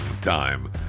time